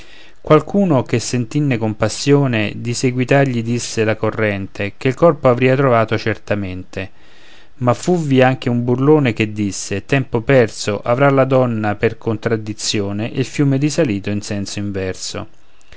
qualcuno che sentinne compassione di seguitar gli disse la corrente che il corpo avria trovato certamente ma fuvvi anche un burlone che disse è tempo perso avrà la donna per contradizione il fiume risalito in senso inverso